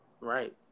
Right